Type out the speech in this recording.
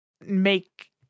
make